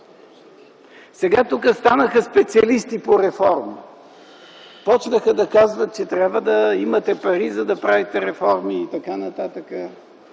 Сега тук станаха специалисти по реформи. Започнаха да казват, че трябва да имате пари, за да правите реформи и т.н.